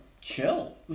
chill